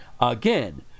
Again